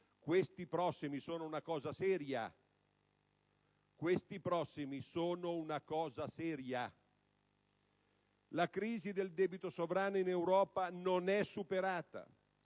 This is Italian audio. i prossimi sono una cosa seria. La crisi del debito sovrano in Europa non è superata.